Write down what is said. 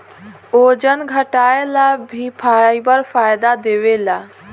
ओजन घटाएला भी फाइबर फायदा देवेला